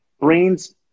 brains